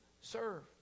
serve